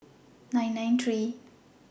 nine nine three